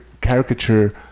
caricature